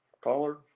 Caller